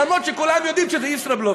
אף-על-פי שכולם יודעים שזה ישראבלוף.